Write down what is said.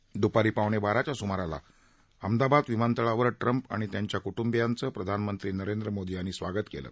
आज द्पारी पावणे बाराच्या स्माराला अहमदाबाद विमानतळावर ट्रम्प आणि त्यांच्या क्ट्ंबियांचं प्रधानमंत्री नरेंद्र मोदी यांनी स्वागत केलं